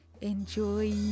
Enjoy